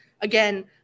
again